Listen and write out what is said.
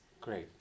great